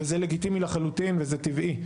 וזה לגיטיי לחלוטין וזה טבעי,